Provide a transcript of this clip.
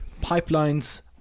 pipelines